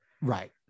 Right